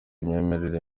imyemerere